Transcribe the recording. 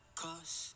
cause